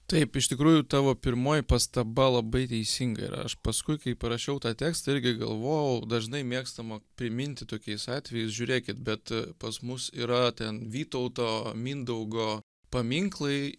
taip iš tikrųjų tavo pirmoji pastaba labai teisinga ir aš paskui kai parašiau tą tekstą irgi galvojau dažnai mėgstama priminti tokiais atvejais žiūrėkit bet pas mus yra ten vytauto mindaugo paminklai